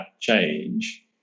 change